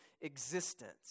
existence